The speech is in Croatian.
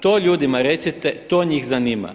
To ljudima recite, to njih zanima.